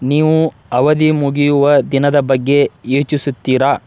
ನೀವು ಅವಧಿ ಮುಗಿಯುವ ದಿನದ ಬಗ್ಗೆ ಯೋಚಿಸುತ್ತೀರಾ